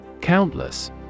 Countless